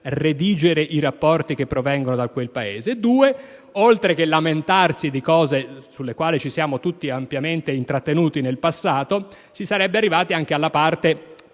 redigere i rapporti che provengono da quel Paese. E poi, oltre che lamentarsi di cose su cui ci siamo tutti ampiamente intrattenuti nel passato, si sarebbe arrivati anche alla parte